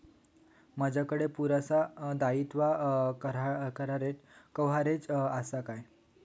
माजाकडे पुरासा दाईत्वा कव्हारेज असा काय?